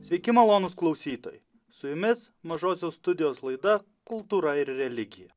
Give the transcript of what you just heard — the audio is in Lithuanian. sveiki malonūs klausytojai su jumis mažosios studijos laida kultūra ir religija